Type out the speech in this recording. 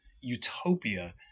utopia